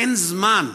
אין זמן.